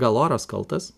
gal oras kaltas